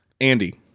Andy